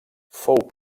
fou